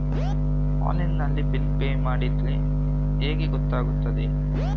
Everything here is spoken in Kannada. ಆನ್ಲೈನ್ ನಲ್ಲಿ ಬಿಲ್ ಪೇ ಮಾಡಿದ್ರೆ ಹೇಗೆ ಗೊತ್ತಾಗುತ್ತದೆ?